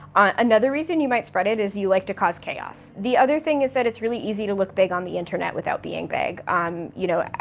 another reason you might spread it is you like to cause chaos. the other thing is that it's really easy to look big on the internet without being big. you know,